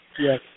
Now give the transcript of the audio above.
Yes